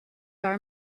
our